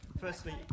Firstly